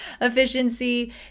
efficiency